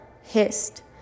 hissed